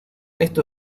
esto